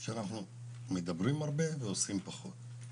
שאנחנו מדברים הרבה ועושים פחות.